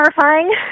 terrifying